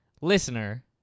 listener